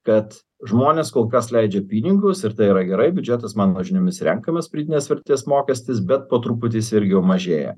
kad žmonės kol kas leidžia pinigus ir tai yra gerai biudžetas mano žiniomis renkamas pridėtinės vertės mokestis bet po truputį jis irgi jau mažėja